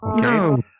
Okay